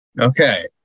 Okay